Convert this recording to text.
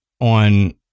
On